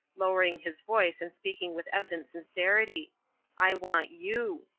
lowering his voice and speaking with evident sincerity i want you.